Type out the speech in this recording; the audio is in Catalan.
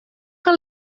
que